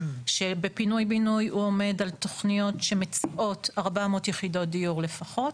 שבפינוי-בינוי הוא עומד על תוכניות שמציעות 400 יחידות דיור לפחות.